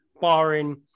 barring